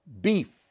beef